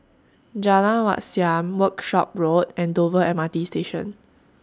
Jalan Wat Siam Workshop Road and Dover M R T Station